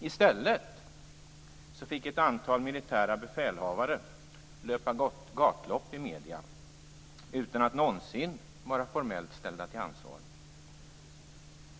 I stället fick ett antal militära befälhavare löpa gatlopp i medierna utan att någonsin vara formellt ställda till ansvar.